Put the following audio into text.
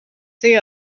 see